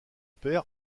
père